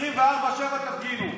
גני יהושע 24/7, תפגינו.